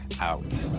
out